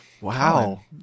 Wow